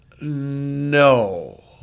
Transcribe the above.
No